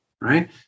Right